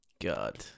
God